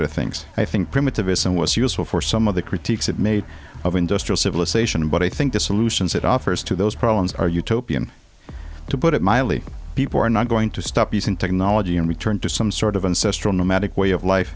of things i think primitivism was useful for some of the critiques it made of industrial civilization but i think the solutions it offers to those problems are utopian to put it mildly people are not going to stop using technology and return to some sort of ancestral nomadic way of life